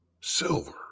silver